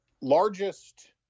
largest